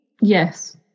yes